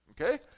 okay